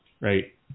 Right